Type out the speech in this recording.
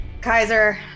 Kaiser